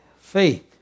faith